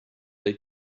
they